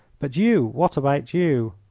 but you what about you?